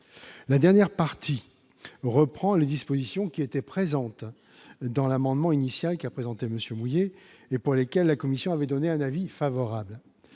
La dernière partie reprend les dispositions qui étaient présentes dans l'amendement initial qu'a présenté M. Mouiller, et sur lesquelles la commission avait donné un avis favorable.